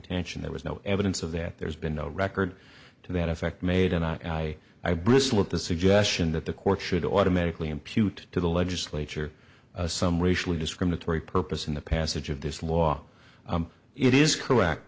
intention there was no evidence of that there's been no record to that effect made and i i bristle at the suggestion that the courts should automatically impute to the legislature some racially discriminatory purpose in the passage of this law it is correct